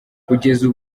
kugeza